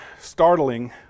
startling